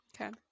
Okay